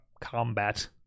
combat